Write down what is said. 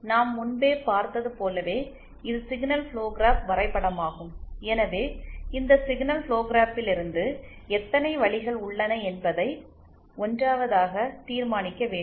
நாம் முன்பே பார்த்தது போலவே இது சிக்னல் ஃபுளோ கிராப் வரைபடமாகும் எனவே இந்த சிக்னல் ஃபுளோ கிராப்களிலிருந்து எத்தனை வழிகள் உள்ளன என்பதை 1 வதாக தீர்மானிக்க வேண்டும்